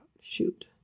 Shoot